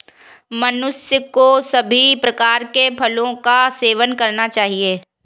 मनुष्य को सभी प्रकार के फलों का सेवन करना चाहिए